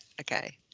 Okay